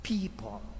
People